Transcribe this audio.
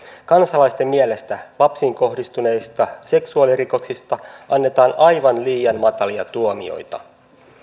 kansalaisten mielestä lapsiin kohdistuneista seksuaalirikoksista annetaan aivan liian matalia tuomioita